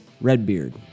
Redbeard